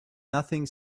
nothing